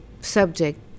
subject